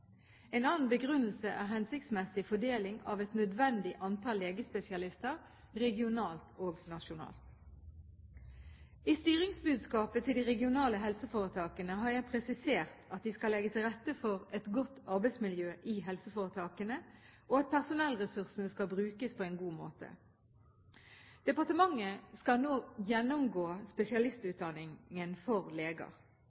En annen begrunnelse er hensiktsmessig fordeling av et nødvendig antall legespesialister regionalt og nasjonalt. I styringsbudskapet til de regionale helseforetakene har jeg presisert at de skal legge til rette for et godt arbeidsmiljø i helseforetakene, og at personellressursene skal brukes på en god måte. Departementet skal nå gjennomgå